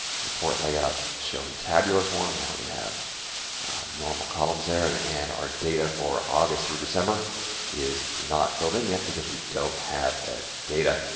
report layout, show in tabular form. now we have normal columns there, and and our data for august through december is not filled in yet because we don't have that data.